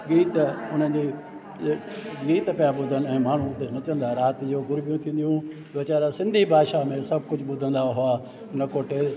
गीत उनन जे ये गीत पिया ॿुधनि ऐं माण्हू उते नचंदा हा रात जो गुरबियूं थींदियूं वीचारा सिंधी भाषा में सभु कुझु ॿुधंदा हुआ न को टेल